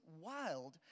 wild